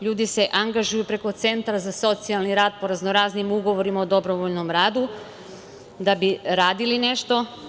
Ljudi se angažuju preko centra za socijalni rad po raznoraznim ugovorima o dobrovoljnom radu da bi radili nešto.